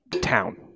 town